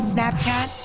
Snapchat